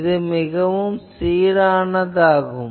இது சீரானதாகும்